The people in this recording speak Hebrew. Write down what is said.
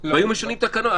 והיו משנים תקנה.